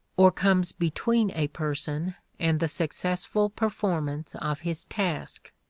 or comes between a person and the successful performance of his task,